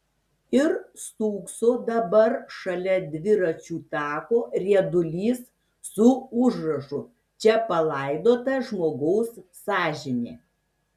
ir stūkso dabar šalia dviračių tako riedulys su užrašu čia palaidota žmogaus sąžinė